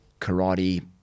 karate